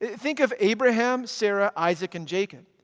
think of abraham, sarah, isaac, and jacob.